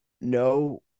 No